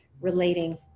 relating